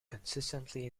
consistently